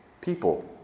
people